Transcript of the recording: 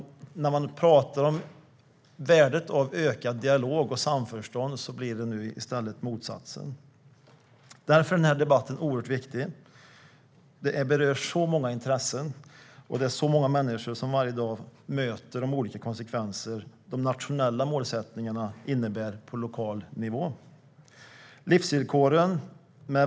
När vi pratar om värdet av ökad dialog och ökat samförstånd blir det nu i stället motsatsen. Därför är debatten oerhört viktig. Den berör så många intressen, och det är så många människor som varje dag möter de olika konsekvenser de nationella målsättningarna innebär på lokal nivå.